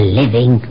living